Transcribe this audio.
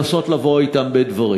לא הביא אותנו לסיום סכסוך העבודה הזה.